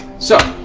so!